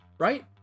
right